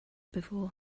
before